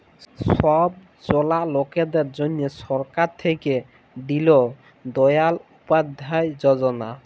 ছব জলা লকদের জ্যনহে সরকার থ্যাইকে দিল দয়াল উপাধ্যায় যজলা